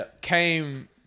came